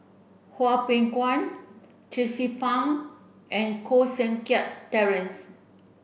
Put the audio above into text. Hwang Peng Yuan Tracie Pang and Koh Seng Kiat Terence